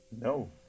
No